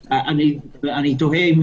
אני תוהה אם